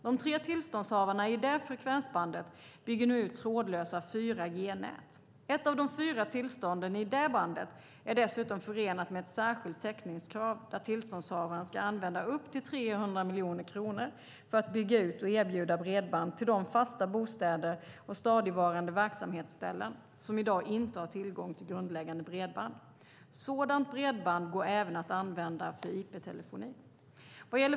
De tre tillståndshavarna i det frekvensbandet bygger nu ut trådlösa 4G-nät. Ett av de fyra tillstånden i detta band är dessutom förenat med ett särskilt täckningskrav där tillståndshavaren ska använda upp till 300 miljoner kronor för att bygga ut och erbjuda bredband till de fasta bostäder och stadigvarande verksamhetsställen som i dag inte har tillgång till grundläggande bredband. Sådant bredband går även att använda för IP-telefoni.